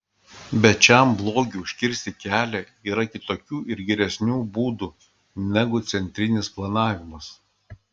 bet šiam blogiui užkirsti kelią yra kitokių ir geresnių būdų negu centrinis planavimas